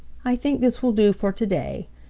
i think this will do for to-day.